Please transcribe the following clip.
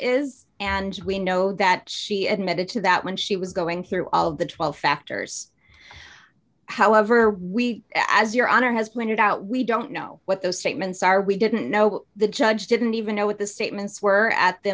is and we know that she admitted to that when she was going through all of the twelve factors however we as your honor has pointed out we don't know what those statements are we didn't know the judge didn't even know what the statements were at the